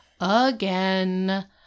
again